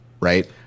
right